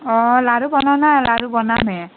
অঁ লাৰু বনোৱা নাই লাৰু বনাম হে